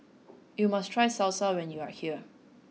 you must try Salsa when you are here